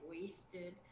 wasted